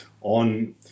on